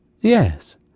Yes